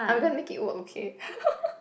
I'm gonna make it work okay